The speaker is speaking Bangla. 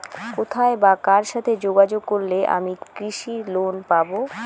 কোথায় বা কার সাথে যোগাযোগ করলে আমি কৃষি লোন পাব?